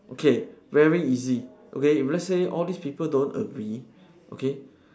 okay very easy okay if let's say all these people don't agree okay